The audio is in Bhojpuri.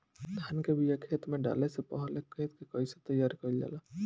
धान के बिया खेत में डाले से पहले खेत के कइसे तैयार कइल जाला?